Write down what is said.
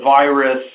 virus